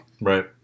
Right